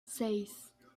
seis